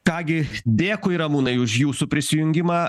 ką gi dėkui ramūnai už jūsų prisijungimą